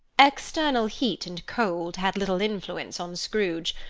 external heat and cold had little influence on scrooge.